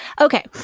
Okay